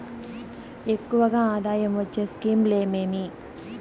ఎక్కువగా ఆదాయం వచ్చే స్కీమ్ లు ఏమేమీ?